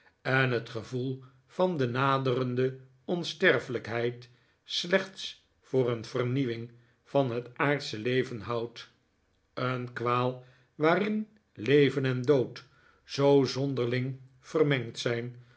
en het gevoel van de naderende onsterfelijkheid slechts voor een vernieuwing van het aardsche leven houdtj een kwaal waarin leven en dood zoo zonm nikolaas nickleby derling vermengd zijn